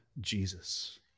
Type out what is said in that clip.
Jesus